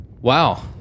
Wow